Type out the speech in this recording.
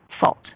fault